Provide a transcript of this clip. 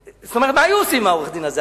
מה היו עושים עם עורך-הדין הזה?